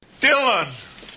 Dylan